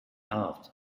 halved